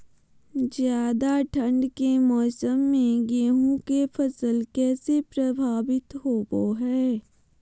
ज्यादा ठंड के मौसम में गेहूं के फसल कैसे प्रभावित होबो हय?